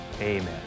Amen